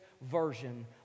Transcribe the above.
version